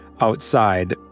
outside